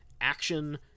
action